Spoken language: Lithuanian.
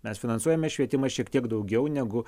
mes finansuojame švietimą šiek tiek daugiau negu